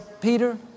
Peter